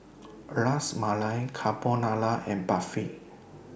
Ras Malai Carbonara and Barfi